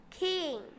king